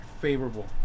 favorable